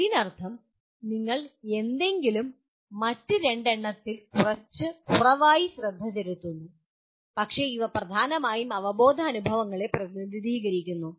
അതിനർത്ഥം നിങ്ങൾ എങ്ങനെയെങ്കിലും മറ്റ് രണ്ടെണ്ണത്തിൽ കുറച്ചു കുറവായി ശ്രദ്ധ ചെലുത്തുന്നു പക്ഷേ ഇവ പ്രധാനമായും അവബോധാനുഭവങ്ങളെ പ്രതിനിധീകരിക്കുന്നു